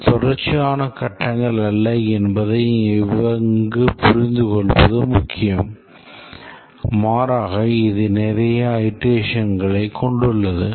இது தொடர்ச்சியான கட்டங்கள் அல்ல என்பதை இங்கு புரிந்துகொள்வது முக்கியம் மாறாக இது நிறைய அயிட்ரேஷன்களைக் கொண்டுள்ளது